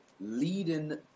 leading